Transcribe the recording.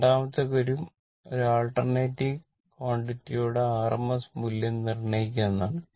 രണ്ടാമത്തെ കാര്യം ഒരു ആൾട്ടർനേറ്റിംഗ് ക്വാണ്ടിറ്റിയുടെ RMS മൂല്യം നിർണ്ണയിക്കുക എന്നതാണ്